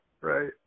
Right